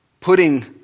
putting